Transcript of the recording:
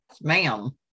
ma'am